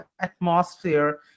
atmosphere